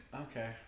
Okay